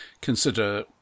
Consider